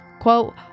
Quote